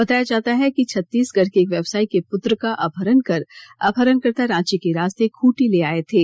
बताया जाता है कि छत्तीसगढ़ के एक व्यवसायी के पुत्र का अपहरण कर अपहरणकर्ता रांची के रास्ते खूंटी ले आये थे